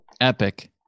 epic